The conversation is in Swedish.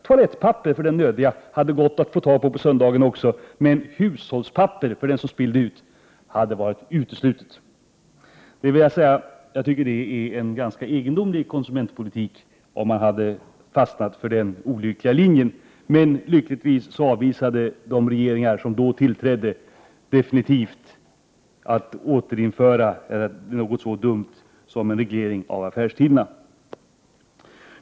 Toalettpapper för de nödiga hade också gått att få tag i på söndagen, men hushållspapper för den som spillde ut hade varit uteslutet. Jag tycker att det hade varit en ganska egendomlig konsumentpolitik, om man hade fastnat för den olyckliga linjen. Lyckligtvis avvisade de regeringar som då tillträdde definitivt att återinföra något så dumt som en reglering av affärstiderna.